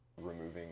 removing